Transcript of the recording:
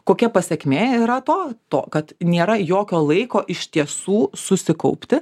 kokia pasekmė yra to to kad nėra jokio laiko iš tiesų susikaupti